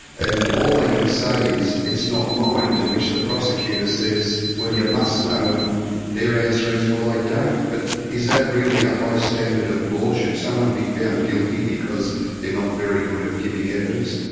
and all they can say is, it's not mine, to which the prosecutor says, well you must know, and their answer is, well i don't. but is that really a high standard of law? should someone be found guilty because they're not very good at giving evidence?